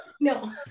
No